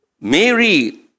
Mary